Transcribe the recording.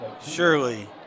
Surely